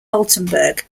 altenburg